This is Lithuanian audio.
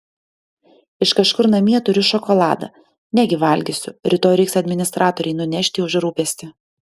iš kažkur namie turiu šokoladą negi valgysiu rytoj reiks administratorei nunešti už rūpestį